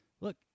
Look